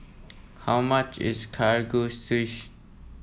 how much is Kalguksu